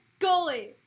goalie